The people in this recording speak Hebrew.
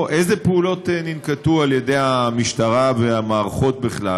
אילו פעולות ננקטו על ידי המשטרה והמערכות בכלל,